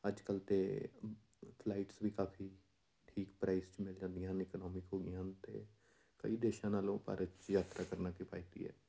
ਅੱਜ ਕੱਲ੍ਹ ਤਾਂ ਫਲਾਈਟਸ ਵੀ ਕਾਫ਼ੀ ਠੀਕ ਪ੍ਰਾਈਸ 'ਚ ਮਿਲ ਜਾਂਦੀਆਂ ਹਨ ਇਕਨੋਮਿਕ ਹੋ ਗਈਆਂ ਅਤੇ ਕਈ ਦੇਸ਼ਾਂ ਨਾਲੋਂ ਭਾਰਤ 'ਚ ਯਾਤਰਾ ਕਰਨਾ ਕਿਫਾਇਤੀ ਹੈ